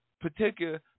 particular